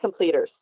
completers